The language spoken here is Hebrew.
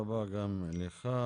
תודה רבה גם לך.